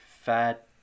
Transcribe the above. fat